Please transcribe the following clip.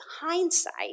hindsight